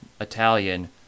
Italian